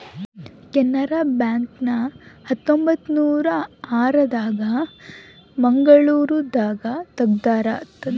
Canara bank ನ ಹತ್ತೊಂಬತ್ತನೂರ ಆರ ದಾಗ ಮಂಗಳೂರು ದಾಗ ತೆಗ್ದಾರ